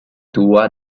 tua